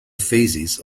phases